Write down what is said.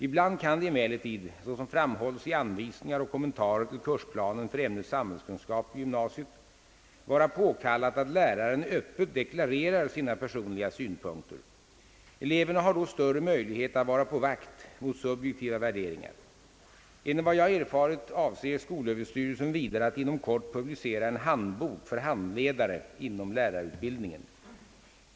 Ibland kan det emellertid — såsom framhålls i anvisningar och kommentarer till kursplanen för ämnet samhällskunskap i gymnasiet — vara påkallat att läraren öppet deklarerar sina personliga synpunkter. Eleverna har då större möjlighet att vara på vakt mot subjektiva värderingar. Enligt vad jag erfarit avser skolöverstyrelsen vidare att inom kort publicera en handbok för handledare inom lärarutbildningen.